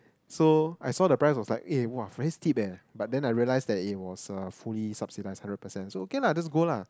so I saw the price I was like eh !wah! very steep aye but then I realise that it was uh fully subsidized hundred percent so okay lah just go lah